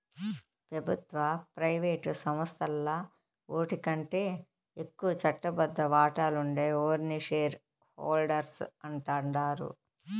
పెబుత్వ, ప్రైవేటు సంస్థల్ల ఓటికంటే ఎక్కువ చట్టబద్ద వాటాలుండే ఓర్ని షేర్ హోల్డర్స్ అంటాండారు